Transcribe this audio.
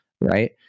Right